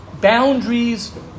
Boundaries